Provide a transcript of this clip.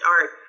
art